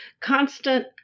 constant